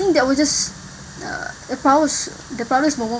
think that was just uh the proudest the proudest moment